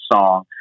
song